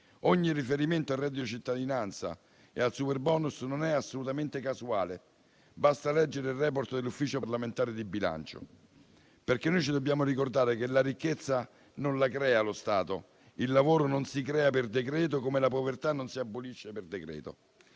Ogni riferimento al reddito di cittadinanza e al superbonus non è assolutamente casuale: basta leggere il *report* dell'Ufficio parlamentare di bilancio, perché dobbiamo ricordare che la ricchezza non la crea lo Stato, il lavoro non si crea per decreto, come la povertà non si abolisce per decreto.